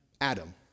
Adam